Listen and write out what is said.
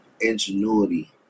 ingenuity